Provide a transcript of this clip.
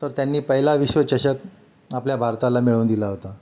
तर त्यांनी पहिला विश्वचषक आपल्या भारताला मिळवून दिला होता